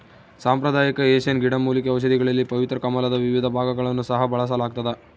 ಸಾಂಪ್ರದಾಯಿಕ ಏಷ್ಯನ್ ಗಿಡಮೂಲಿಕೆ ಔಷಧಿಗಳಲ್ಲಿ ಪವಿತ್ರ ಕಮಲದ ವಿವಿಧ ಭಾಗಗಳನ್ನು ಸಹ ಬಳಸಲಾಗ್ತದ